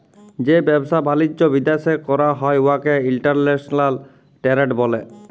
যে ব্যবসা বালিজ্য বিদ্যাশে ক্যরা হ্যয় উয়াকে ইলটারল্যাশলাল টেরেড ব্যলে